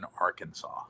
Arkansas